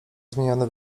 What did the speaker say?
zmieniony